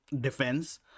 defense